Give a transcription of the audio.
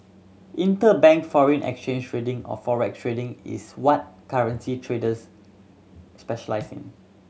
interbank foreign exchange trading of or Forex trading is what currency traders specialise in